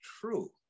true